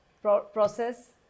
process